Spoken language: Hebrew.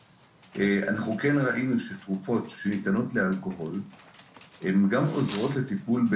ראינו שתרופות שניתנות לאלכוהול הן גם עוזרות לטיפול,